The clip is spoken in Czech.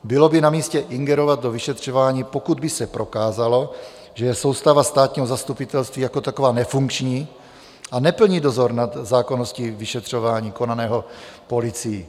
Bylo by namístě ingerovat do vyšetřování, pokud by se prokázalo, že soustava státního zastupitelství jako taková je nefunkční a neplní dozor nad zákonností vyšetřování konaného policií.